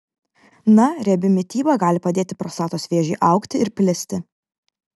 na riebi mityba gali padėti prostatos vėžiui augti ir plisti